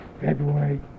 February